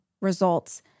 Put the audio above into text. results